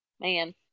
man